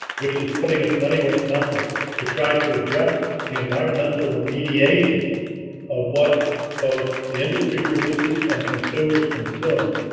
which is putting its money where its mouth is to try to address the environmental remediation of what both the industry produces and consumers consume?